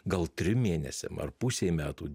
gal trim mėnesiam ar pusei metų